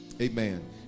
amen